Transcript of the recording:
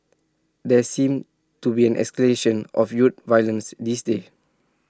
there seems to be an escalation of youth violence these days